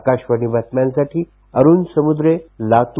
आकाशवाणी बातम्यांसाठी अरूण समुद्रे लातूर